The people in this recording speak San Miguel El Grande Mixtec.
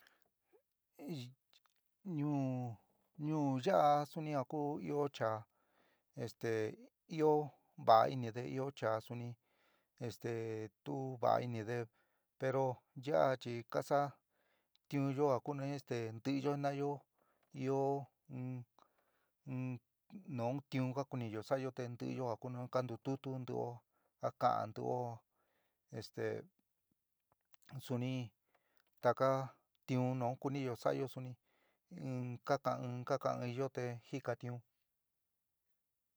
Ñuú ñuú ya'a suni a ku ɨó chá esté ɨó va'a inide ɨó chaá suni esté tuú va'a ínide pero ya'a chi ka sa'a tiunyó a kuni este ntíyo jinaáyo ɨó in in nuú tiún ka kúniyo sa'ayo te ntɨó ka ntututú ntɨó ka kaán ntɨó este suni taka tiún nu kúniyo sa'ayo suni in kakaán in ka kaán án inyo te jika tiun.